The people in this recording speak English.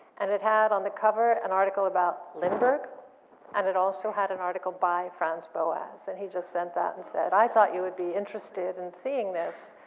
and it had on the cover an article about lindbergh and it also had an article by franz boas, and he just sent that and said, i thought you would be interested in seeing this.